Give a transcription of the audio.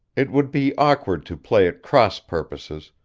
it would be awkward to play at cross purposes,